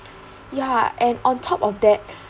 yeah and on top of that